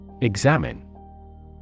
Examine